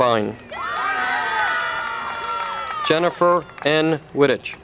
buying jennifer and which